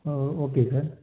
O okay sir